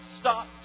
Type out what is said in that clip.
stop